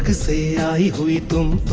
see them